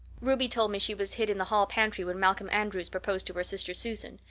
ruby told me she was hid in the hall pantry when malcolm andres proposed to her sister susan.